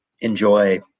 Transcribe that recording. enjoy